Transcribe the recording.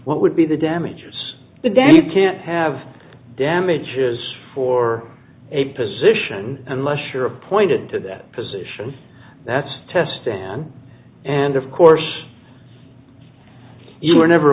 what would be the damages but then you can't have damages for a position unless you're appointed to that position that's test than and of course you were never